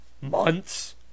Months